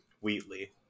Wheatley